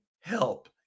help